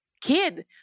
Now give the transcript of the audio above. kid